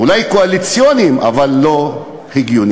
אולי קואליציוניים, אבל לא הגיוניים.